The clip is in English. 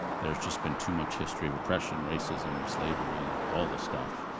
there's just been too much history of oppression, racism, slavery, all this stuff.